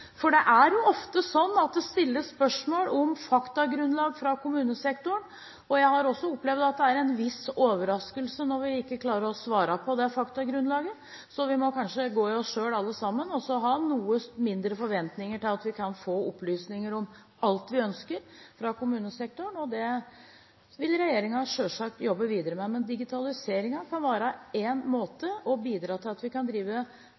for ofte er det jo slik at det stilles spørsmål om faktagrunnlag fra kommunesektoren. Jeg har også opplevd at det er en viss overraskelse når vi ikke klarer å svare på det faktagrunnlaget. Så vi må kanskje gå i oss selv alle sammen og ha noe mindre forventninger til at vi kan få opplysninger om alt vi ønsker fra kommunesektoren. Dette vil regjeringen selvsagt jobbe videre med. Digitaliseringen kan være én måte å bidra til at vi kan drive mer effektivt også på det